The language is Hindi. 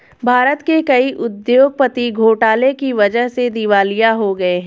भारत के कई उद्योगपति घोटाले की वजह से दिवालिया हो गए हैं